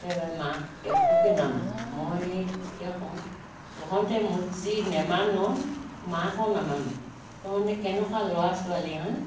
একেবাৰে মাক একোকে নামানে মই তেতিয়া কওঁ তহতে মোক যি নেমান মাকো নামান তহঁতে কেনেকুৱা ল'ৰা ছোৱালী হাঁ